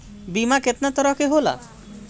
बीमा केतना तरह के होला?